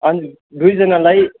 अनि दुईजनालाई